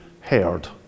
heard